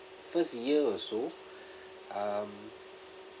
first year or so um